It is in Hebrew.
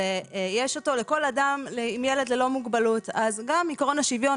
יש אותו לכל אדם עם ילד ללא מוגבלות אז עיקרון השוויון